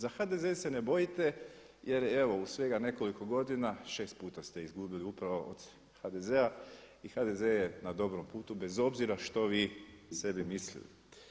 Za HDZ se ne bojite jer evo u svega nekoliko godina 6 puta ste izgubili upravo od HDZ-a i HDZ je na dobrom putu bez obzira što vi sebi mislili.